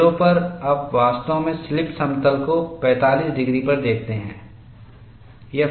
सिरों पर आप वास्तव में स्लिप समतल को 45 डिग्री पर देखते हैं